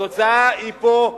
התוצאה היא פה,